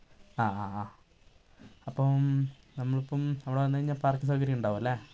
ആ ആ ആ അപ്പം നമ്മളിപ്പം അവിടെ വന്നു കഴിഞ്ഞാൽ പാർക്കിങ്ങ് സൗകര്യം ഉണ്ടാവും അല്ലേ